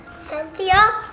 cynthia?